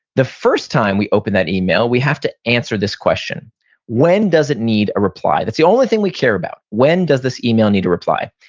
the first time we open that email we have to answer this question when does it need a reply? that's the only thing we care about. when does this email need a reply?